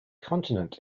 continent